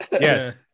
Yes